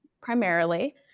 primarily